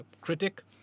critic